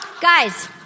guys